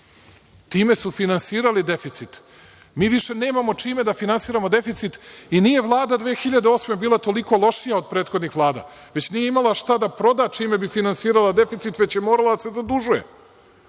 time su finansirali deficit, mi više nemamo čime da finansiramo deficit. I nije Vlada 2008. godine bila toliko lošija od prethodnih Vlada, već nije imala šta da proda čime bi finansirala deficit, već je morala da se zadužuje.